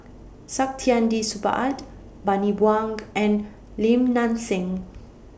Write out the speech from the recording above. Saktiandi Supaat Bani Buang and Lim Nang Seng